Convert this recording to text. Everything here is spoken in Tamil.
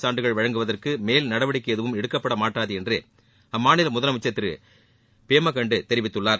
சான்றுகள் வழங்குவதற்கு மேல்நடவடிக்கை எதுவும் எடுக்கப்படமாட்டாது என்று அம்மாநில முதலமைச்சர் திரு பேமாகண்டு தெரிவித்துள்ளார்